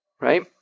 Right